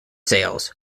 sales